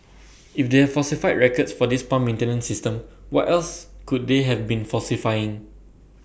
if they have falsified records for this pump maintenance system what else could they have been falsifying